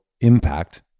impact